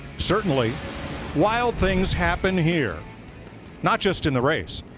certainly wild things happen here not just in the race,